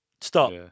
Stop